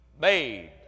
made